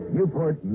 Newport